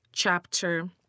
Chapter